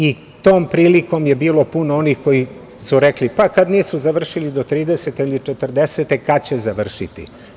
I tom prilikom je bilo puno onih koji su rekli - pa, kad nisu završili do 30. ili 40, kad će završiti?